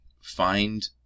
Find